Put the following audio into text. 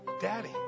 Daddy